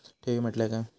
ठेवी म्हटल्या काय?